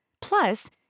Plus